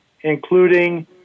including